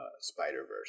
Spider-Verse